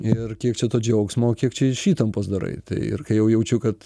ir kiek čia to džiaugsmo kiek čia iš įtampos darai tai ir kai jau jaučiu kad